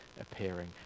appearing